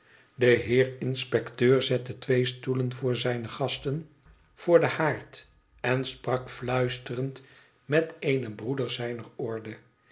de heer inspecteur zette twee stoelen voor zijne gasten voor den haard en sprak fluisterend met een broeder zijner orde